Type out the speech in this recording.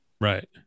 Right